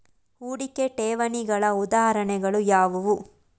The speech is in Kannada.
ಹೂಡಿಕೆ ಠೇವಣಿಗಳ ಉದಾಹರಣೆಗಳು ಯಾವುವು?